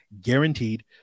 guaranteed